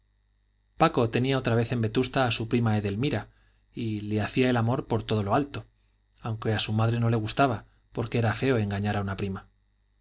paco tenía otra vez en vetusta a su prima edelmira y le hacía el amor por todo lo alto aunque a su madre no le gustaba porque era feo engañar a una prima